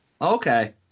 Okay